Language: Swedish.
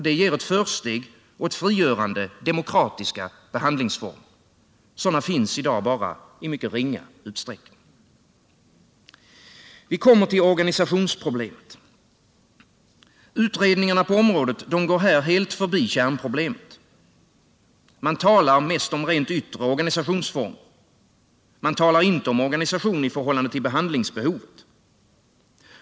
Det ger ett försteg åt frigörande, demokratiska behandlingsformer. Sådana finns i dag bara i mycket ringa utsträckning. Vi kommer till organisationsproblemet. Utredningarna på området går här helt förbi kärnproblemet. Man talar mest om rent yttre organisationsformer. Man talar inte om organisation i förhållande till behandlingsbehovet.